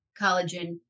collagen